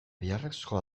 beharrezkoa